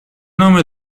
nome